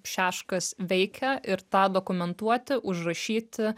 šeškas veikia ir tą dokumentuoti užrašyti